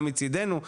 גם מצידנו,